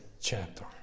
chapter